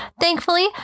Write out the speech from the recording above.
Thankfully